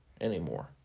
anymore